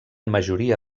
majoria